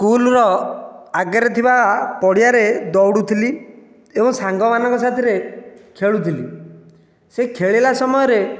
ସ୍କୁଲର ଆଗରେ ଥିବା ପଡ଼ିଆରେ ଦୌଡ଼ୁଥିଲି ଏବଂ ସାଙ୍ଗମାନଙ୍କ ସାଥିରେ ଖେଳୁଥିଲି ସେ ଖେଳିଲା ସମୟରେ